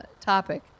topic